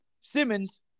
Simmons